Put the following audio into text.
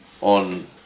on